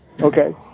okay